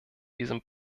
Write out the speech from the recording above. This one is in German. diesem